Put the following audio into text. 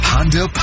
Honda